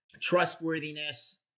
trustworthiness